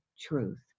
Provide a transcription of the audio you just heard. truth